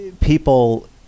people